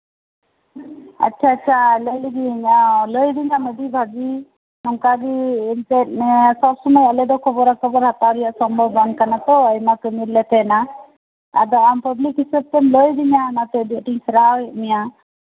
ᱟᱪᱪᱷᱟ ᱟᱪᱪᱷᱟ ᱞᱟᱹᱭ ᱟᱹᱫᱤᱧᱟ ᱟᱹᱰᱤ ᱵᱷᱟᱹᱜᱤ ᱱᱚᱝᱠᱟᱜᱮ ᱱᱚᱝᱠᱟᱜᱮ ᱥᱚᱵ ᱥᱚᱢᱚᱭ ᱟᱞᱮᱫᱚ ᱠᱷᱚᱵᱚᱨᱟ ᱠᱷᱚᱵᱚᱨ ᱦᱟᱛᱟᱣ ᱨᱮᱭᱟᱜ ᱥᱚᱢᱵᱷᱚᱵ ᱵᱟᱝ ᱠᱟᱱᱟ ᱛᱚ ᱟᱭᱢᱟ ᱠᱟᱹᱢᱤ ᱨᱮᱞᱮ ᱛᱟᱦᱮᱱᱟ ᱟᱫᱚ ᱯᱟᱵᱞᱤᱠ ᱦᱤᱥᱟᱹᱵ ᱛᱮᱢ ᱞᱟᱹᱭ ᱟᱫᱤᱧᱟ ᱚᱱᱟᱛᱮ ᱟᱹᱰᱤ ᱟᱹᱰᱤᱧ ᱥᱟᱨᱦᱟᱣ ᱮᱫ ᱢᱮᱭᱟ